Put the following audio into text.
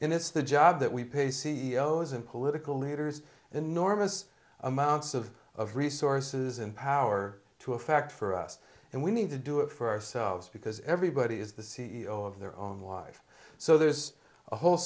and it's the job that we pay c e o s and political leaders enormous amounts of of resources and power to affect for us and we need to do it for ourselves because everybody is the c e o of their own life so there's a whole